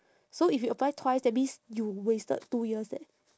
so if you apply twice that means you wasted two years leh